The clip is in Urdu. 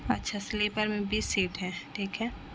اچھا سلیپر میں بیس سیٹ ہے ٹھیک ہے